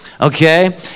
Okay